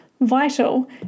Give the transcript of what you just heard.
Vital